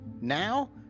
now